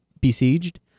Besieged